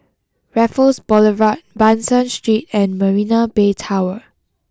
Raffles Boulevard Ban San Street and Marina Bay Tower